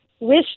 Wish